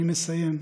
אני מסיים,